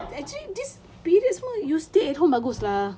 actually this period semua you stay at home bagus lah